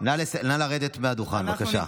נא לרדת מהדוכן, בבקשה.